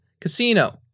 Casino